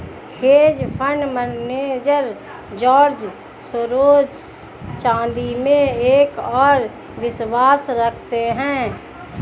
hedge fund manager George Soros चांदी में एक और विश्वास रखते हैं